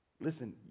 Listen